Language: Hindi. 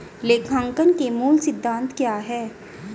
लेखांकन के मूल सिद्धांत क्या हैं?